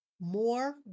more